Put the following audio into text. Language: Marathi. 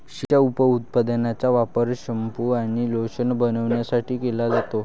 शेळीच्या उपउत्पादनांचा वापर शॅम्पू आणि लोशन बनवण्यासाठी केला जातो